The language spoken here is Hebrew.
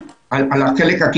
אתה שואל על החלק הקליני?